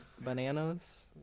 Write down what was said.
bananas